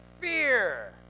fear